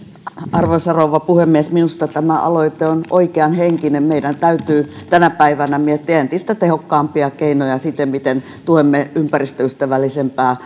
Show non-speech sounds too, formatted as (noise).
arvoisa rouva puhemies minusta tämä aloite on oikeanhenkinen meidän täytyy tänä päivänä miettiä entistä tehokkaampia keinoja miten tuemme ympäristöystävällisempää (unintelligible)